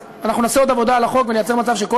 אנחנו נעשה עוד עבודה על החוק ונייצר מצב שכל